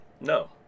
No